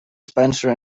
spencer